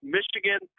Michigan